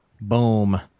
Boom